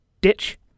ditch